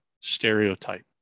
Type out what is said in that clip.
stereotype